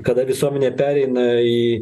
kada visuomenė pereina į